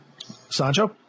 sancho